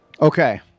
Okay